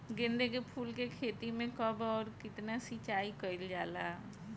गेदे के फूल के खेती मे कब अउर कितनी सिचाई कइल जाला?